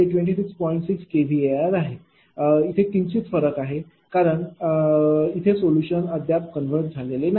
6 kVAr आहे किंचित फरक आहे कारण त्यांचे सोल्युशन अद्याप कन्वर्ज झालेले नाही